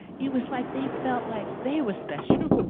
it was like they felt like they were special.